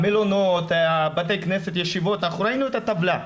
המלונות, בתי כנסת, ישיבות, אנחנו ראינו את הטבלה,